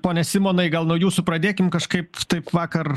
pone simonai gal nuo jūsų pradėkim kažkaip taip vakar